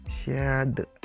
shared